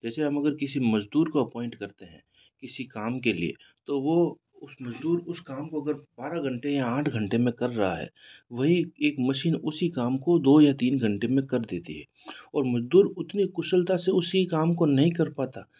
जैसे हम अगर किसी मज़दूर को अपॉइंट करते हैं किसी काम के लिए तो वो उस मज़दूर उस काम को अगर बारह घंटे या आठ घंटे में कर रहा है वही एक मशीन उसी काम को दो या तीन घंटे में कर देती है और मज़दूर उतनी कुशलता से उसी काम को नहीं कर पाता